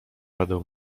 radę